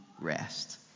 rest